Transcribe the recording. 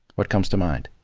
what comes to mind?